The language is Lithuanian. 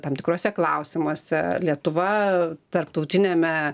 tam tikruose klausimuose lietuva tarptautiniame